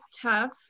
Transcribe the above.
tough